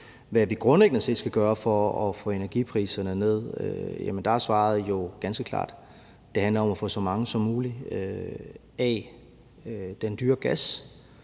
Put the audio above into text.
hvad vi grundlæggende set skal gøre for at få energipriserne ned, er svaret jo ganske klart: Det handler om at få så mange som muligt af den dyre gas